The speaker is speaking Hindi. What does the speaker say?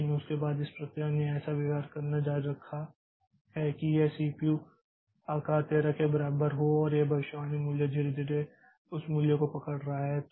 लेकिन उसके बाद इस प्रक्रिया ने ऐसा व्यवहार करना जारी रखा है कि यह सीपीयू बर्स्ट आकार 13 के बराबर हो और यह भविष्यवाणी मूल्य धीरे धीरे उस मूल्य को पकड़ रहा है